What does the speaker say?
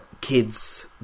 kids